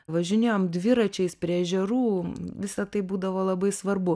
važinėjom dviračiais prie ežerų visa tai būdavo labai svarbu